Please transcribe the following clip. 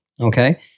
Okay